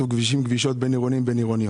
"כבישים/כבישות בין-עירוניים/בין-עירוניות".